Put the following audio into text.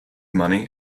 money